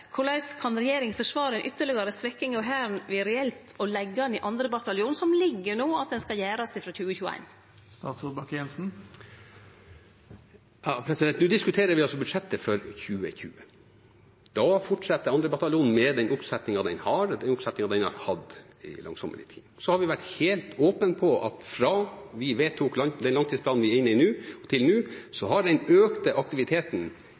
korleis kan regjeringa forsvare ei ytterlegare svekking av Hæren ved reelt å leggje ned 2. bataljon, som det no ligg an til at skal gjennomførast frå 2021? Nå diskuterer vi altså budsjettet for 2020. Da fortsetter 2. bataljon med den oppsetningen den har og har hatt i langsommelige tider. Så har vi vært åpne om at fra vi vedtok langtidsplanen vi er inne i nå, til nå, har den økte aktiviteten